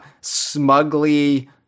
smugly